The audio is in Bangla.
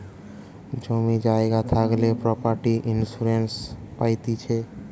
জমি জায়গা থাকলে প্রপার্টি ইন্সুরেন্স পাইতিছে